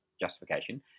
justification